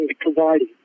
providing